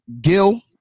gil